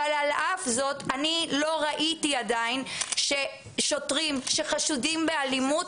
אבל על אף זאת אני לא ראיתי עדיין ששוטרים שחשודים באלימות